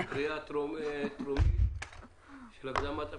קריאה טרומית של הקדמת הבחירות,